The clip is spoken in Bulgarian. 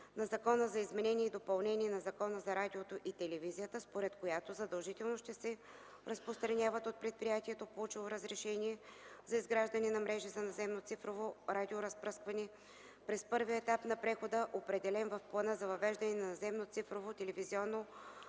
на Закона за изменение и допълнение на Закона за радиото и телевизията, според която задължително ще се разпространяват от предприятието, получило разрешение за изграждане на мрежи за наземно цифрово радиоразпръскване през първия етап на прехода, определен в Плана за въвеждане на наземно цифрово телевизионно